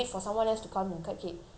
the person come also like barely